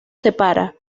separa